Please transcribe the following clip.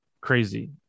Crazy